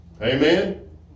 Amen